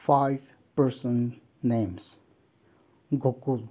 five person names Gokul